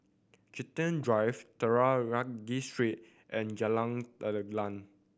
Chiltern Drive Street and Jalan